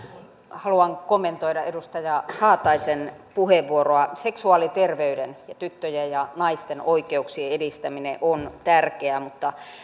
haluan kommentoida edustaja haataisen puheenvuoroa seksuaaliterveyden ja tyttöjen ja naisten oikeuksien edistäminen on tärkeää mutta